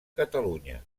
catalunya